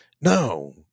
No